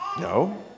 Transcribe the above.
No